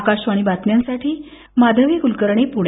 आकाशवाणी बातम्यांसाठी माधवी कुलकर्णी पुणे